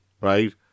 right